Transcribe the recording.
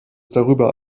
darüber